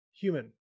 human